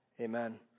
Amen